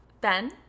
Ben